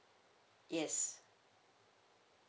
yes